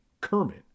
Kermit